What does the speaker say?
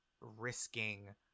risking